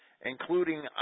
including